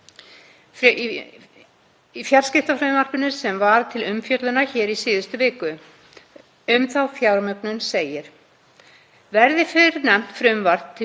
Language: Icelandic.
í fjarskiptafrumvarpinu sem var til umfjöllunar hér í síðustu viku. Um þá fjármögnun segir: „Verði fyrrnefnt frumvarp til